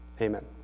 amen